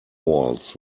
walls